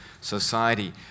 society